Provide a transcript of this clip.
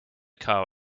car